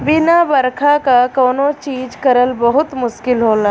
बिना बरखा क कौनो चीज करल बहुत मुस्किल होला